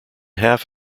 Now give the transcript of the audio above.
half